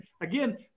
again